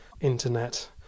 internet